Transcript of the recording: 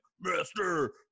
master